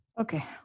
Okay